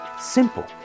Simple